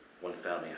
one-family